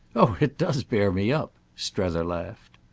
oh it does bear me up! strether laughed.